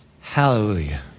Hallelujah